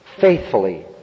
faithfully